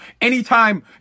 Anytime